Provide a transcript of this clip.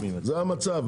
זה המצב.